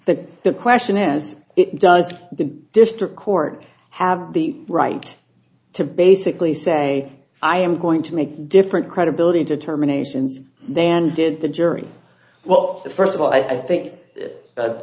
that the question as it does the district court have the right to basically say i am going to make different credibility determinations then did the jury well first of all i think